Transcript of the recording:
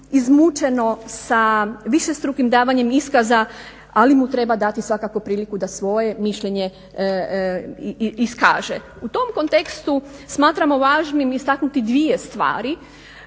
izmučeno sa višestrukim davanjem iskaza ali mu treba dati svakako priliku da svoje mišljenje iskaže. U tom kontekstu smatramo važnim istaknuti dvije stvari.